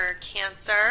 cancer